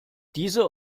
diese